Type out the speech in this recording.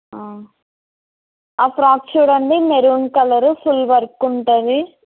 ఆ ఫ్రాక్ చూడండి maroon colour full work ఉంటుంది